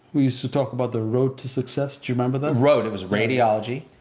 we used to talk about the road to success. do you remember that? road, it was radiology,